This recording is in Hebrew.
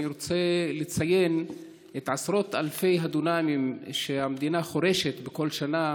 אני רוצה לציין את עשרות אלפי הדונמים שהמדינה חורשת בכל שנה